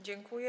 Dziękuję.